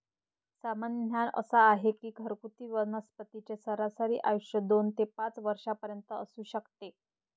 सामान्य ज्ञान असा आहे की घरगुती वनस्पतींचे सरासरी आयुष्य दोन ते पाच वर्षांपर्यंत असू शकते